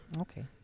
Okay